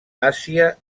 àsia